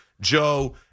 Joe